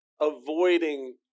avoiding